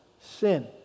sin